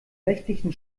nächtlichen